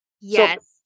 Yes